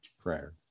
prayer